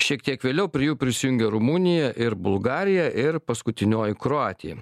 šiek tiek vėliau prie jų prisijungė rumunija ir bulgarija ir paskutinioji kroatija